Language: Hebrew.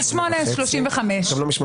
אז 8:35. גם לא מ-8:35.